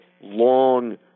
long